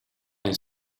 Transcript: nel